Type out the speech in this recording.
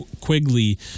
Quigley